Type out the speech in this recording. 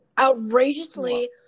outrageously